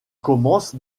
commence